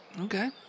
Okay